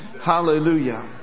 Hallelujah